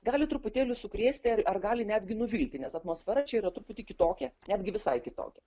gali truputėlį sukrėsti ir ar gali netgi nuvilti nes atmosfera čia yra truputį kitokia netgi visai kitokia